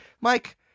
Mike